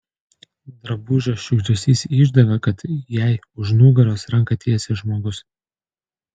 drabužio šiugždesys išdavė kad jai už nugaros ranką tiesia žmogus